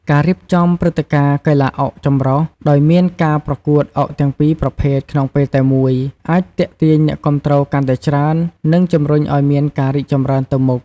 ការរៀបចំព្រឹត្តិការណ៍កីឡាអុកចម្រុះ ដោយមានការប្រកួតអុកទាំងពីរប្រភេទក្នុងពេលតែមួយ អាចទាក់ទាញអ្នកគាំទ្រកាន់តែច្រើន និងជំរុញឱ្យមានការរីកចម្រើនទៅមុខ។